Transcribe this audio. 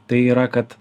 tai yra kad